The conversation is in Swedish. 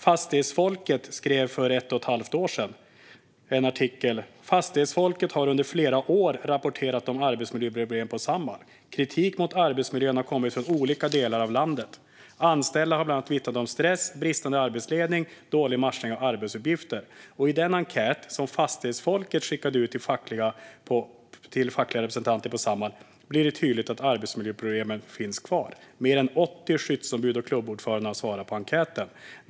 Fastighetsfolket skrev för ett och ett halvt år sedan i en artikel: "Fastighetsfolket har under flera år rapporterat om arbetsmiljöproblem på Samhall. Kritik mot arbetsmiljön har kommit från olika delar av landet, och anställda har bland annat vittnat om stress, bristande arbetsledning och dålig matchning av arbetsuppgifter. Och i den enkät som Fastighetsfolket under januari skickat till fackliga på Samhall blir det tydligt att arbetsmiljöproblem finns kvar. Mer än 80 skyddsombud och klubbordföranden har svarat på enkäten.